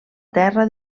terra